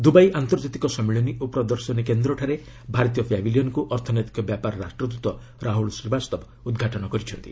Dubai ଆନ୍ତର୍ଜାତିକ ସମ୍ମିଳନୀ ଓ ପ୍ରଦର୍ଶନୀ କେନ୍ଦ୍ରଠାରେ ଭାରତୀୟ ପ୍ୟାଭିଲିୟନକୁ ଅର୍ଥନୈତିକ ବ୍ୟାପାର ରାଷ୍ଟ୍ରଦୃତ ରାହୁଲ ଶ୍ରୀବାସ୍ତବ ଉଦ୍ଘାଟନ କରିଛନ୍ତି